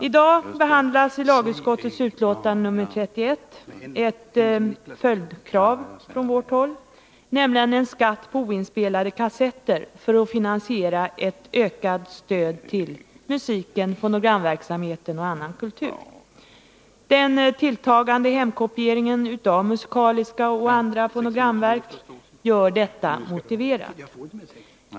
I dag behandlas i lagutskottets betänkande nr 3 ett annat vpk-krav, nämligen kravet på en skatt på oinspelade kassetter för att finansiera ett ökat stöd till musiken, fonogramverksamheten och annan kultur. Den tilltagande hemkopieringen av musikaliska och andra fonogramverk gör detta krav motiverat.